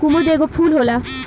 कुमुद एगो फूल होला